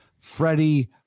Freddie